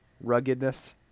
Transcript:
ruggedness